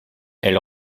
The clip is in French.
elle